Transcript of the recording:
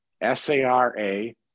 S-A-R-A